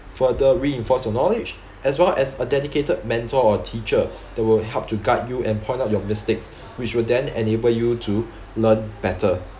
further reinforce your knowledge as well as a dedicated mentor or teacher that will help to guide you and point out your mistakes which will then enable you to learn better